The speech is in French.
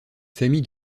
famille